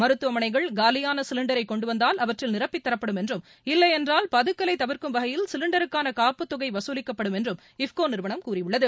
மருத்துவமனைகள் காலியான சிலிண்டரை கொண்டு வந்தால் அவற்றில் நிரப்பித் தரப்படும் இல்லையென்றால் பதுக்கலை தவிர்க்கும் வகையில் சிலிண்டருக்கான என்றும் காப்புத்தொகை வசூலிக்கப்படும் என்றும் இஃப்கோ நிறுவனம் கூறியுள்ளது